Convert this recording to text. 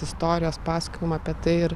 istorijos pasakojimai apie tai ir